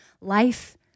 life